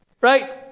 Right